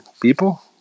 people